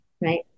right